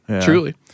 Truly